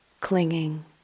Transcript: clinging